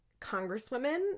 Congresswomen